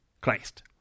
Christ